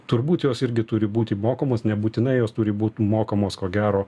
turbūt jos irgi turi būti mokamos nebūtinai jos turi būt mokamos ko gero